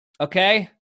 Okay